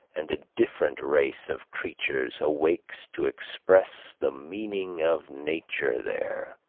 and a different race of creatures awakes to express the meaning of nature there.